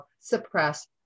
suppress